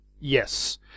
Yes